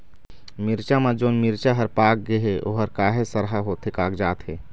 मिरचा म जोन मिरचा हर पाक गे हे ओहर काहे सरहा होथे कागजात हे?